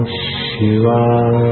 Shiva